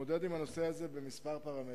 דווקא המשרד שלי מתמודד עם הנושא הזה בכמה פרמטרים.